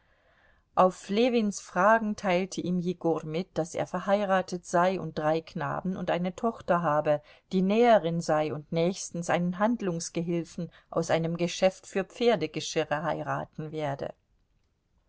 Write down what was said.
auf ljewins fragen teilte ihm jegor mit daß er verheiratet sei und drei knaben und eine tochter habe die näherin sei und nächstens einen handlungsgehilfen aus einem geschäft für pferdegeschirre heiraten werde